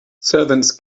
servants